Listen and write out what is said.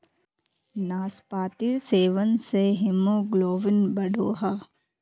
नास्पातिर सेवन से हीमोग्लोबिन बढ़ोह